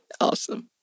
Awesome